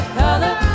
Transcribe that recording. color